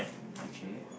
okay